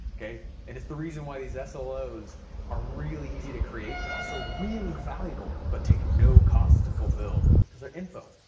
okay and it's the reason why these ah slos are really easy to create but also really valuable but take no cost to fulfill, cuz they're info,